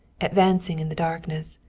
advancing in the darkness.